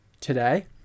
today